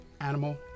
animal